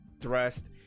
thrust